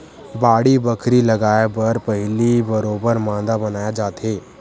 बाड़ी बखरी लगाय बर पहिली बरोबर मांदा बनाए जाथे